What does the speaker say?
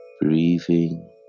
breathing